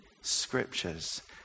Scriptures